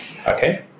Okay